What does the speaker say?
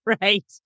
Right